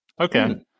Okay